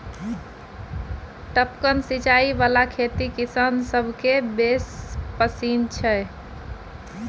टपकन सिचाई बला खेती किसान सभकेँ बेस पसिन छै